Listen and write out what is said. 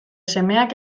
semeak